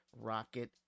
rocket